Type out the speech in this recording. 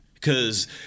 Cause